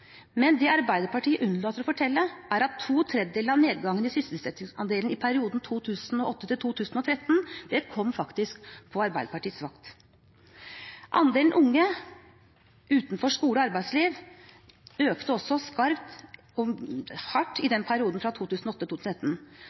Men det Arbeiderpartiet unnlater å fortelle, er at to tredjedeler av nedgangen i sysselsettingsandelen i perioden 2008–2013 faktisk kom på Arbeiderpartiets vakt. Andelen unge utenfor skole og arbeidsliv økte også skarpt i perioden 2008–2013. Veksten har stabilisert seg etterpå og har bremset opp, men den